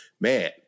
man